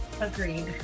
Agreed